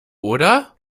oder